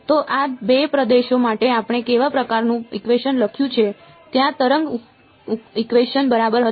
તો આ 2 પ્રદેશો માટે આપણે કેવા પ્રકારનું ઇકવેશન લખ્યું છે ત્યાં તરંગ ઇકવેશન બરાબર હતા